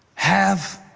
have